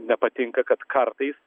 nepatinka kad kartais